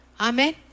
Amen